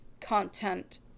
content